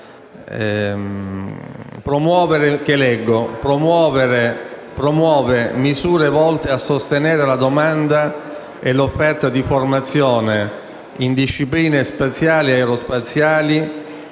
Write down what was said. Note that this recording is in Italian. promuove misure volte a sostenere la domanda e l'offerta di formazione in discipline spaziali e aerospaziali,